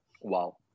Wow